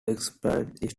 expelled